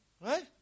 Right